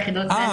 יחידות סמך,